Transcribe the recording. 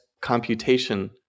computation